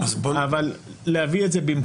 אבל להביא את זה במקום.